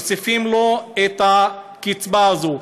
מוסיפים לו את הקצבה הזאת,